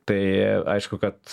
tai aišku kad